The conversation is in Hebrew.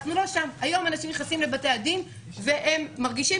היום אנשים נכנסים לבתי הדין והם מרגישים